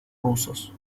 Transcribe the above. rusos